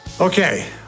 Okay